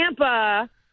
tampa